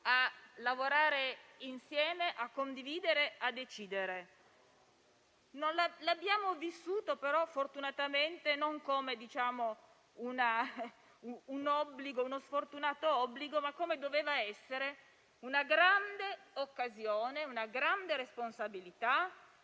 a lavorare insieme, a condividere, a decidere. L'abbiamo vissuto però fortunatamente non come uno sfortunato obbligo, ma come doveva essere, ossia come una grande occasione, una grande responsabilità